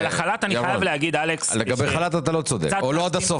לגבי חל"ת אתה לא עד הסוף